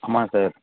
ஆமாம் சார்